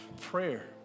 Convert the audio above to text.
Prayer